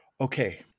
okay